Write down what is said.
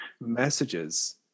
messages